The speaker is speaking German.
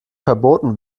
verboten